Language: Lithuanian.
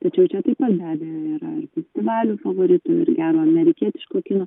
tačiau čia taip pat be abejo yra festivalių favoritų ir gero amerikietiško kino